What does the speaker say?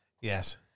Yes